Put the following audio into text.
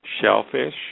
Shellfish